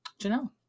Janelle